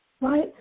right